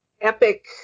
epic